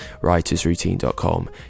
writersroutine.com